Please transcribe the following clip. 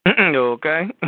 Okay